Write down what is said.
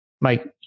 Mike